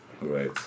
Right